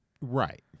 Right